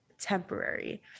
temporary